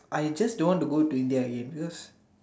I just don't want to go to India again because